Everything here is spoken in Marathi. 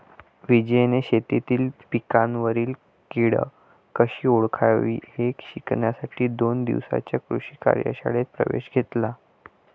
विजयने शेतीतील पिकांवरील कीड कशी ओळखावी हे शिकण्यासाठी दोन दिवसांच्या कृषी कार्यशाळेत प्रवेश घेतला